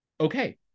okay